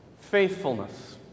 faithfulness